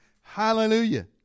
Hallelujah